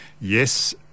yes